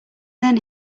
then